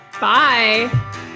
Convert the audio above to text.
Bye